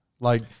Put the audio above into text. Like-